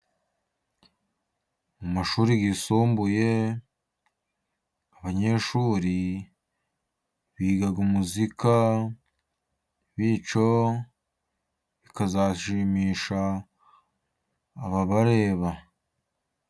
Mu mashuri yisumbuye, abanyeshuri biga umuzika, bityo bikazashimisha ababareba.